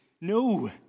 No